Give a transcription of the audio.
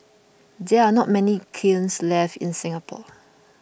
there are not many kilns left in Singapore